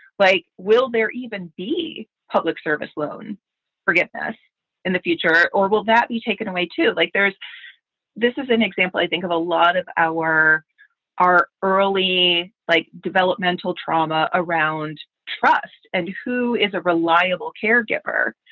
like, will there even be public service, loan forgiveness in the future or will that be taken away, too? like there's this is an example, i think, of a lot of our our early, like, developmental trauma around trust and who is a reliable caregiver.